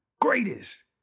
greatest